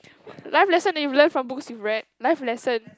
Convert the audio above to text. life lesson that you've learn from books you've read life lesson